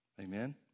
Amen